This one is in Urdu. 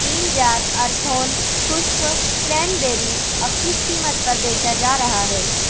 تین جار ارتھون خشک کرینبیری اب کس قیمت پر بیچا جا رہا ہے